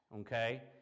okay